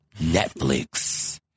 Netflix